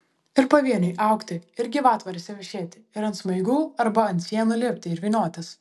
ir pavieniui augti ir gyvatvorėse vešėti ir ant smaigų arba ant sienų lipti ir vyniotis